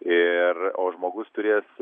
ir o žmogus turės